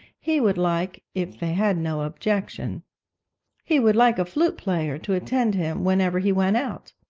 he would like if they had no objection he would like a flute-player to attend him whenever he went out.